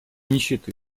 нищеты